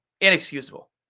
Inexcusable